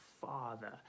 Father